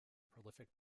prolific